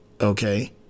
Okay